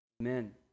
Amen